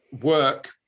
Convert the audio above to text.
work